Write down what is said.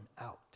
out